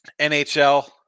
NHL